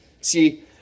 See